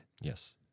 Yes